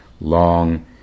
long